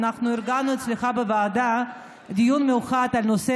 אנחנו ארגנו אצלך בוועדה דיון מיוחד על נושא